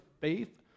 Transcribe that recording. faith